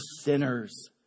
sinners